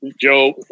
Joe